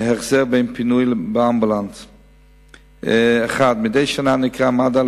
פינוי באמצעות מגן-דוד-אדום